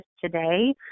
today